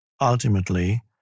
Ultimately